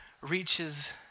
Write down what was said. reaches